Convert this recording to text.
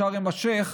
בשארם א-שייח',